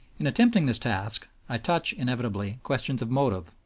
in attempting this task, i touch, inevitably, questions of motive,